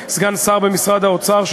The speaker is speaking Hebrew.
סגן שר במשרד האוצר,